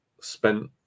spent